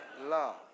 love